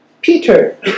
Peter